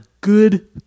good